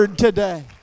Today